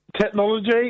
technology